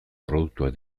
produktuak